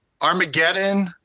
Armageddon